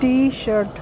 T shirt